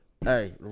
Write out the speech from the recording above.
Hey